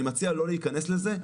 אני מציע לא להיכנס לזה.